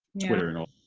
twitter. and